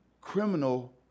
criminal